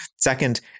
Second